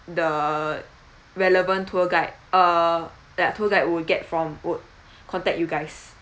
the relevant tour guide err ya tour guide will get from would contact you guys